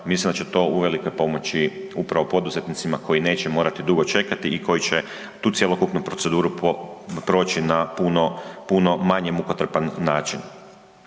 mislim da će to uvelike pomoći upravo poduzetnicima koji neće morati dugo čekati i koji će tu cjelokupnu proceduru proći na puno, puno manje mukotrpan način.